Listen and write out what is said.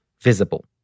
visible